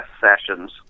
sessions